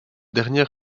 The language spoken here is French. dernière